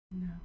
No